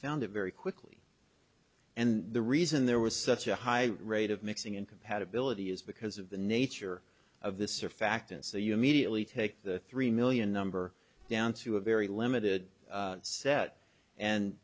found it very quickly and the reason there was such a high rate of mixing and compatibility is because of the nature of the surfactants so you mediately take the three million number down to a very limited set and